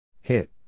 Hit